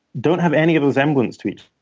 don't have any resemblance to each